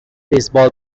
baseball